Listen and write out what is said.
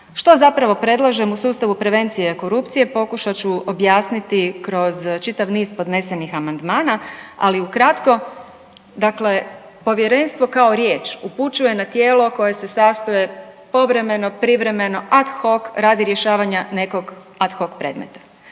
Što zapravo predlažem u sustavu prevencije korupcije pokušat ću objasniti kroz čitav niz podnesenih amandmana, ali u kratko dakle, povjerenstvo kao riječ upućuje na tijelo koje se sastaje povremeno, privremeno, ad hoc radi rješavanja nekog ad hoc predmeta.